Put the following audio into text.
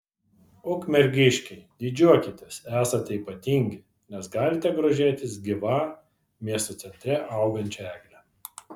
ukmergiškiai didžiuokitės esate ypatingi nes galite grožėtis gyva miesto centre augančia egle